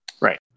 Right